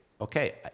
okay